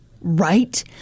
Right